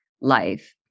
life